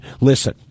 Listen